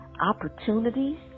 opportunities